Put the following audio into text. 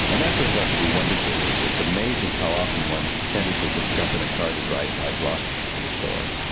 and that turns out to be wonderful. it's amazing how often one tended to just jump in a car to drive five blocks to the store.